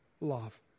love